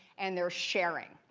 and they're sharing.